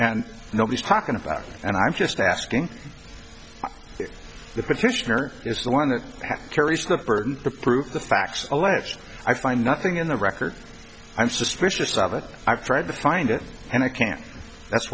and nobody's talking about and i'm just asking if the petitioner is the one that carries the burden to prove the facts alleged i find nothing in the record i'm suspicious of it i've tried to find it and i can't that's